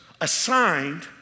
assigned